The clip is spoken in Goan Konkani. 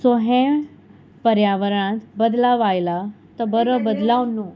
सो हे पर्यावरणांत बदलाव आयला तो बरो बदलाव न्हू